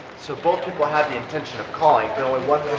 so both people have the intension of calling, knowing one